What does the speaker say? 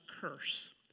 curse